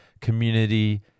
community